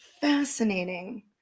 Fascinating